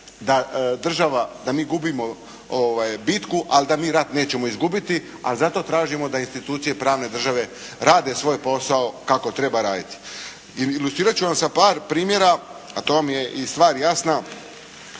da država, da mi gubimo bitku ali da mi rat nećemo izgubiti. Ali zato tražimo da institucije pravne države rade svoj posao kako treba raditi. Ilustrirat ću vam sa par primjera a to vam je i stvar jasna.